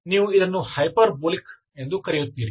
ನೀವು ಇದನ್ನು ಹೈಪರ್ಬೋಲಿಕ್ ಎಂದು ಕರೆಯುತ್ತೀರಿ